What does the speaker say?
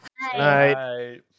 Night